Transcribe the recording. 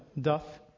Doth